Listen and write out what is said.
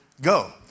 go